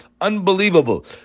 Unbelievable